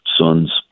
sons